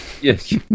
Yes